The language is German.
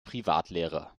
privatlehrer